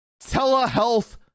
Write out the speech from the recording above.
telehealth